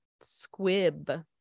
squib